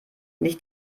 nicht